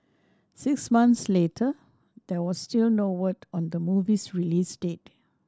six months later there was still no word on the movie's release date